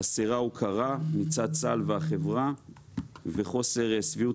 חסרה הוקרה מצד צה"ל והחברה וחוסר שביעות